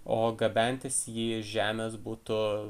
o gabentis jį iš žemės būtų